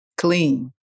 Clean